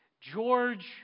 George